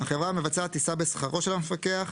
החברה המבצעת תישא בשכרו של המפקח,